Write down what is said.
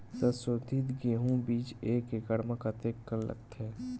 संसोधित गेहूं बीज एक एकड़ म कतेकन लगथे?